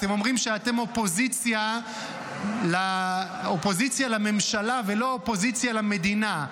אתם אומרים שאתם אופוזיציה לממשלה ולא אופוזיציה למדינה.